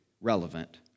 relevant